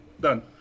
Done